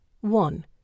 One